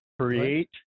create